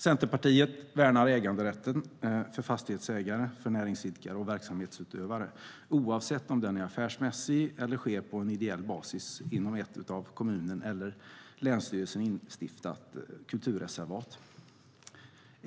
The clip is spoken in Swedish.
Centerpartiet värnar äganderätten för fastighetsägare, näringsidkare och verksamhetsutövare oavsett om verksamheten är affärsmässig eller sker på ideell basis inom ett av kommunen eller länsstyrelsen instiftat kulturreservat.